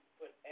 put